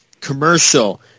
commercial